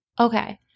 Okay